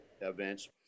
events